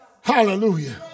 Hallelujah